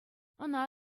ӑна